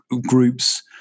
groups